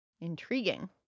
Intriguing